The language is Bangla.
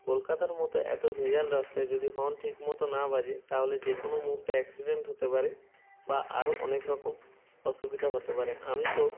কলকাতার মতো এতো ভেরিয়াল রাস্তায় যদি হর্ন ঠিক মতো না বাজে তাহলে যে কোনো মুহূর্তে অ্যাক্সিডেন্ট হতে পারে বা আরও অনেকরকম অসুবিধা হতে পারে আমি তো